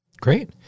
Great